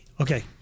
okay